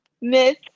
Miss